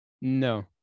no